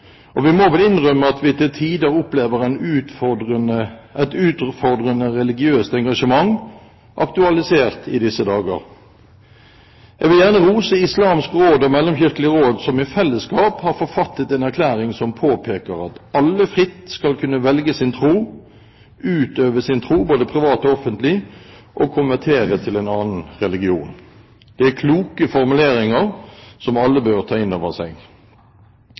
Vi må vel innrømme at vi til tider opplever et utfordrende religiøst engasjement, aktualisert i disse dager. Jeg vil gjerne rose Islamsk Råd og Mellomkirkelig Råd, som i fellesskap har forfattet en erklæring som påpeker at alle fritt skal kunne velge sin tro, utøve sin tro både privat og offentlig, og konvertere til en annen religion. Det er kloke formuleringer som alle bør ta inn over seg.